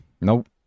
Nope